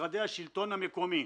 במשרדי השלטון המקומי.